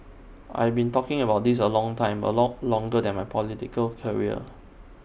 I've been talking about this A long time A lot longer than my political career